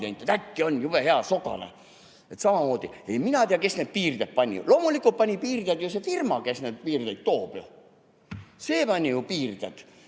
ka president. Jube hea sogane. Samamoodi, ei mina tea, kes need piirded pani. Loomulikult pani piirded see firma, kes need piirded toob, see pani ju piirded.